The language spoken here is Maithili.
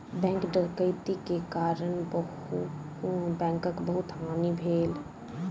बैंक डकैती के कारण बैंकक बहुत हानि भेल